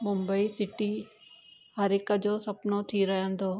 Mumbai city हर हिक जो सुपिनो थी रहंदो